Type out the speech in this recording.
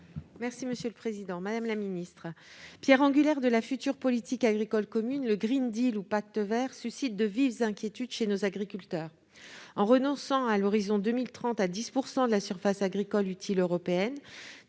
de l'agriculture et de l'alimentation. Pierre angulaire de la future politique agricole commune (PAC), le ou Pacte vert suscite de vives inquiétudes chez nos agriculteurs. En renonçant à l'horizon 2030 à 10 % de la surface agricole utile européenne,